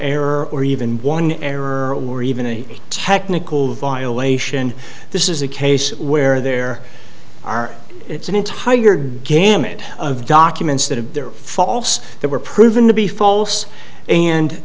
error or even one error or even a technical violation this is a case where there are it's an entire gamut of documents that have there are false that were proven to be false and